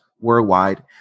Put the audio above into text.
worldwide